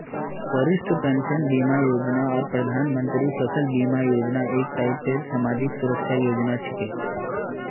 वरिष्ठ पेंशन बीमा योजना आर प्रधानमंत्री फसल बीमा योजना एक टाइपेर समाजी सुरक्षार योजना छिके